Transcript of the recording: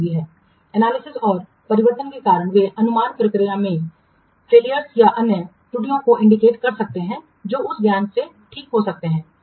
Analysis विश्लेषण और परिवर्तनों के कारण वे अनुमान प्रक्रिया में फैलियर्स या अन्य errorsत्रुटियों को इंडिकेट कर सकते हैं जो उस ज्ञान से ठीक हो सकते हैं